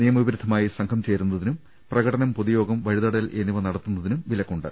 നിയ മവിരുദ്ധമായി സംഘം ചേരുന്നതിനും പ്രകടനം പൊതുയോഗം വഴിതട യൽ എന്നിവ നടത്തുന്നതിനും വിലക്കുണ്ട്